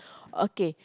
okay